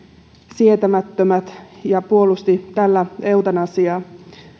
sietämättömät ja puolusti tällä eutanasiaa